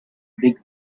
big